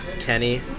Kenny